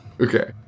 Okay